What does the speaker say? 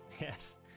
Yes